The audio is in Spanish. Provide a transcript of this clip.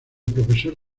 profesor